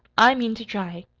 i mean to try.